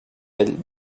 ell